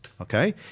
okay